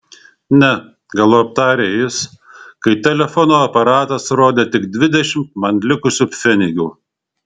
ne galop tarė jis kai telefono aparatas rodė tik dvidešimt man likusių pfenigų